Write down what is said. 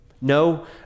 No